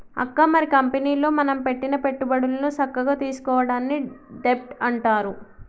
అక్క మరి కంపెనీలో మనం పెట్టిన పెట్టుబడులను సక్కగా తీసుకోవడాన్ని డెబ్ట్ అంటారు